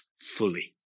fully